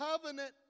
covenant